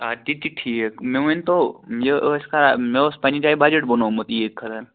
آ تہِ تہِ چھِ ٹھیٖک مےٚ ؤنۍتَو یہِ ٲسۍ کھا مےٚ اوس پَنٕنہِ جایہِ بَجَٹ بنوومُت عیٖد خٲطر